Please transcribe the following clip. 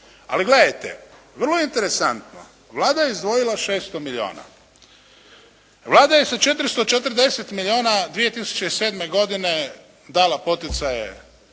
Ali gledajte, vrlo je interesantno. Vlada je izdvojila 600 milijuna. Vlada je sa 440 milijuna 2007. godine dala poticaje